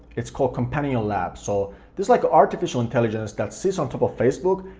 it's called companionlabs. so this is like artificial intelligence that sits on top of facebook,